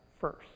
first